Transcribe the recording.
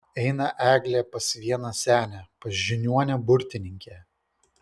eina eglė pas vieną senę pas žiniuonę burtininkę